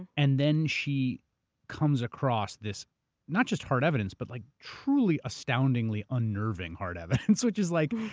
and then she comes across this not just hard evidence, but like truly astoundingly unnerving hard evidence which is like,